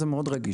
מתנצל.